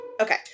Okay